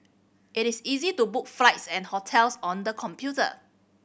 it is easy to book flights and hotels on the computer